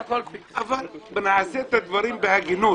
אבל נעשה את הדברים בהגינות.